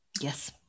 Yes